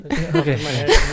okay